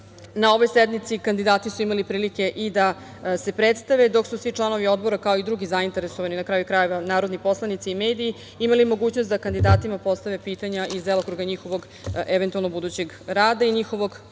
Na ovoj sednici kandidati su imali prilike da se predstave, dok su svi članovi Odbora, kao i drugi zainteresovani, na kraju krajeva, narodni poslanici i mediji, imali mogućnost da kandidatima postave pitanja iz delokruga njihovog eventualnog budućeg rada i njihovog